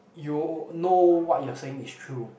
you know what you're saying is true